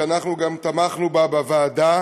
שאנחנו גם תמכנו בה בוועדה,